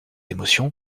émotion